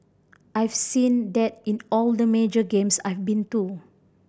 I have seen that in all the major games I've been too